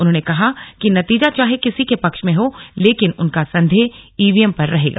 उन्होंने कहा कि नतीजा चाहे किसी के पक्ष में हो लेकिन उनका संदेह ई वी एम पर रहेगा